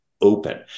open